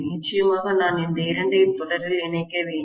நிச்சயமாக நான் இந்த இரண்டையும் தொடரில் இணைக்க வேண்டும்